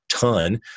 ton